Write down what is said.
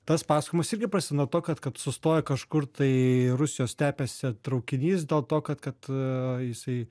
tas pasakojimas irgi prasideda nuo to kad kad sustoja kažkur tai rusijos stepėse traukinys dėl to kad kad jisai